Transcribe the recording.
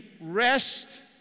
rest